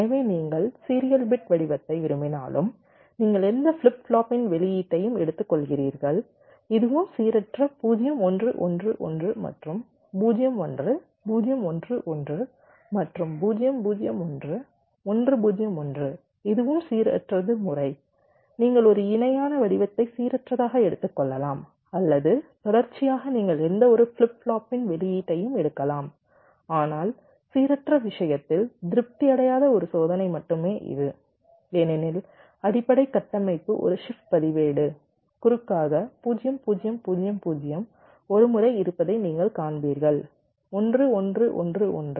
எனவே நீங்கள் serial bit வடிவத்தை விரும்பினாலும் நீங்கள் எந்த ஃபிளிப் ஃப்ளாப்பின் வெளியீட்டையும் எடுத்துக்கொள்கிறீர்கள் இதுவும் சீரற்ற 0 1 1 1 மற்றும் 0 1 0 1 1 மற்றும் 0 0 1 1 0 1 இதுவும் சீரற்றது முறை நீங்கள் ஒரு இணையான வடிவத்தை சீரற்றதாக எடுத்துக்கொள்ளலாம் அல்லது தொடர்ச்சியாக நீங்கள் எந்தவொரு ஃபிளிப் ஃப்ளாப்பின் வெளியீட்டையும் எடுக்கலாம் ஆனால் சீரற்ற விஷயத்தில் திருப்தி அடையாத ஒரு சோதனை மட்டுமே இது ஏனெனில் அடிப்படை கட்டமைப்பு ஒரு ஷிப்ட் பதிவேடு குறுக்காக 0 0 0 0 ஒரு முறை இருப்பதை நீங்கள் காண்பீர்கள் 1 1 1 1